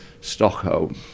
Stockholm